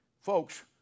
Folks